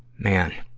man.